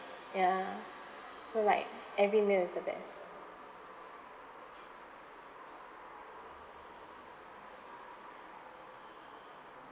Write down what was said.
ya so like every meal is the best